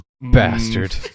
bastard